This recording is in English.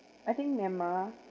I think myanmar